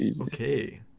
Okay